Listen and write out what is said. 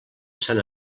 sant